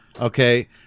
Okay